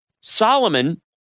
Solomon